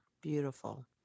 Beautiful